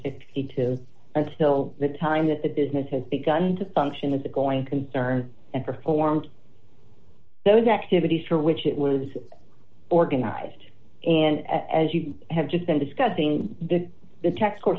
fifty two until the time that the business has begun to function as a going concern and performed those activities for which it was organized and as you have just been discussing the t